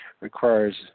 requires